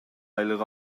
айлык